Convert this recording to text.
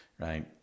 right